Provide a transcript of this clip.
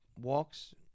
walks